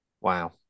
Wow